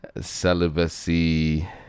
Celibacy